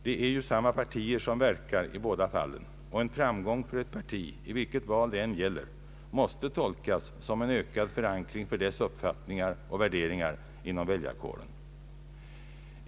Det är ju samma partier som verkar i båda fallen, och en framgång för ett parti i vilket val det än gäller måste tolkas som en ökad förankring för dess uppfattningar och värderingar inom väljarkåren.